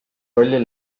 rolli